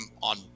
on